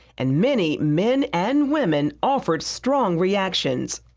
and many men and women offered strong reactions.